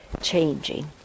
changing